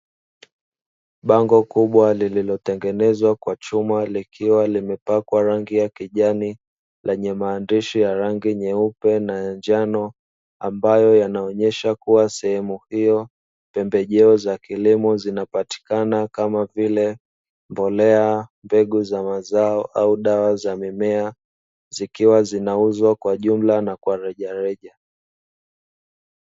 Bango kubwa lililotengenezwa kwa chuma likiwa limepakwa rangi ya kijani lenye maandishi ya rangi nyeupe na ya njano, ambayo yanaonesha kuwa sehumu hiyo pembejeo za kilimo zinapatikana kama vile; mbolea, mbegu za mazao au dawa za mimea. Zikiwa zinauzwa kwa jumla na rejareja.